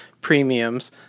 premiums